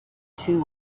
two